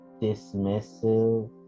dismissive